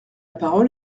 parole